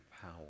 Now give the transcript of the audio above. power